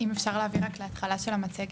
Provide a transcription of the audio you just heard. אפשר לראות פה שיש, מצד